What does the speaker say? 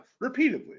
repeatedly